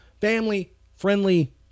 family-friendly